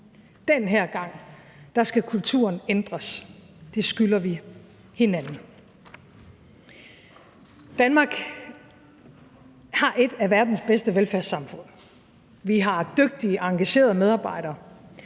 Den her gang skal kulturen ændres. Det skylder vi hinanden. Danmark har et af verdens bedste velfærdssamfund. Vi har dygtige og engagerede medarbejdere,